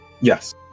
yes